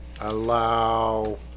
allow